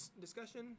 discussion